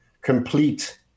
complete